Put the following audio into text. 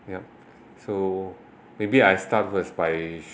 yup so maybe I start first by